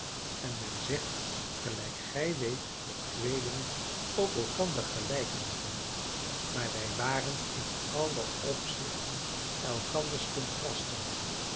en men zegt gelijk gij weet dat tweelingen op elkander gelijken moeten maar wij waren in alle opzichten elkanders contrasten